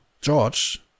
George